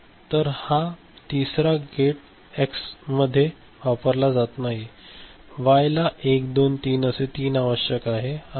तर हा तिसरा गेट एक्स मध्ये वापरला जात नाही वाईला1 2 3 असे तीन आवश्यक आहेत